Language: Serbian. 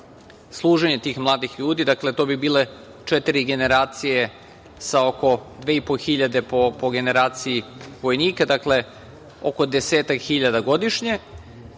služenje tih mladih ljudi, to bi bile četiri generacija sa oko 2.500 po generaciji vojnika, dakle oko desetak hiljada godišnje,